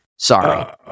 sorry